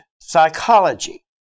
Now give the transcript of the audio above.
psychology